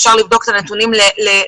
ואפשר לבדוק את הנתונים לאשורם,